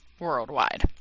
worldwide